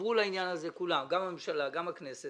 חברו לעניין הזה כולם, גם הממשלה, גם הכנסת